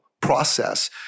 process